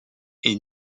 est